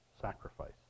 sacrifice